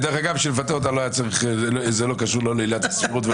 בשביל לפטר אותה לא צריך את עילת הסבירות,